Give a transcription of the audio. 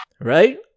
Right